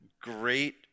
great